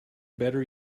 better